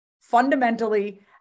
Fundamentally